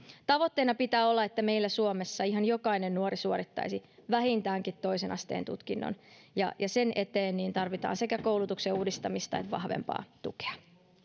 tavoitteena pitää olla että meillä suomessa ihan jokainen nuori suorittaisi vähintäänkin toisen asteen tutkinnon ja ja sen eteen tarvitaan sekä koulutuksen uudistamista että vahvempaa tukea